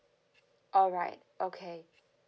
alright okay